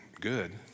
good